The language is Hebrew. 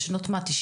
מה, שנות ה-90'?